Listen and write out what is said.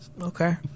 Okay